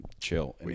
chill